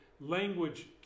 language